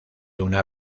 una